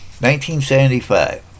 1975